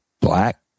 black